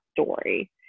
story